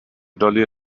dolly